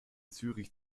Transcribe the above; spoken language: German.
zürich